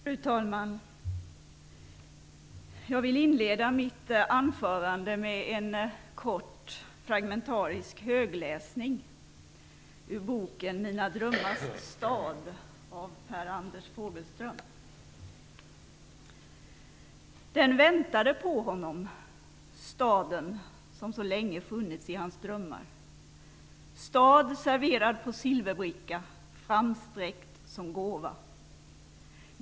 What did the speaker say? Fru talman! Jag vill inleda mitt anförande med en kort, fragmentarisk högläsning ur boken Mina drömmars stad av Per Anders Fogelström: Den väntade på honom, staden som så länge funnits i hans drömmar. Stad serverad på silverbricka, framsträckt som gåva.